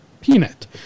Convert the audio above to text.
peanut